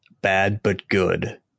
bad-but-good